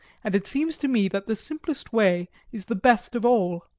and it seems to me that the simplest way is the best of all.